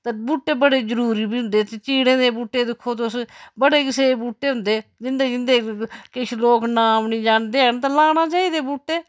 ते बूह्टे बड़ी जरूरी बी होंदे चीड़ें दे बूह्टे दिक्खो तुस बड़े किसे बूह्टे होंदे जिंदे जिंदे किश लोक नां बी नेईं जानदे हैन तां लाना चाहिदे बूह्टे